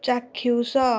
ଚାକ୍ଷୁଷ